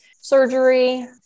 surgery